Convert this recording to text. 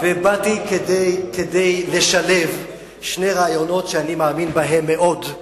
באתי כדי לשלב שני רעיונות שאני מאמין בהם מאוד,